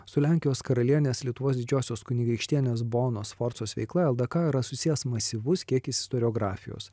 su lenkijos karalienės lietuvos didžiosios kunigaikštienės bonos sforcos veikla ldk yra susijęs masyvus kiekis istoriografijos